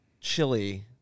Chili